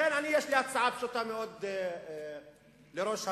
לכן יש לי הצעה פשוטה מאוד לראש הממשלה,